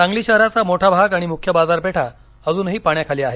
सांगली शहराचा मोठा भाग आणि मुख्य बाजार पेठा अजूनही पाण्याखाली आहेत